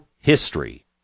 history